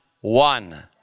one